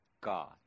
God